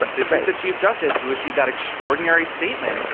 but this is the chief justice who issued that extraordinary statement